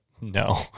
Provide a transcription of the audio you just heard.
no